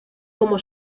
como